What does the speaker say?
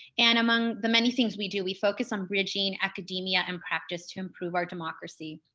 and among the many things we do, we focus on bridging academia and practice to improve our democracy.